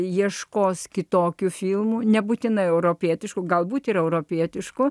ieškos kitokių filmų nebūtinai europietiškų galbūt ir europietiškų